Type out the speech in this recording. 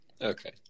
okay